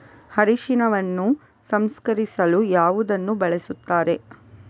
ಅರಿಶಿನವನ್ನು ಸಂಸ್ಕರಿಸಲು ಯಾವುದನ್ನು ಬಳಸುತ್ತಾರೆ?